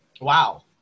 Wow